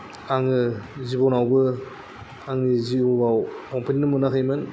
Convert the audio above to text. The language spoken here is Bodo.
आङो जिबनावबो आंनि जिउआव हमफिननो मोनाखैमोन